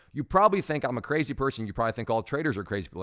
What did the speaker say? you probably think i'm a crazy person. you probably think all traders are crazy, but